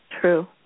True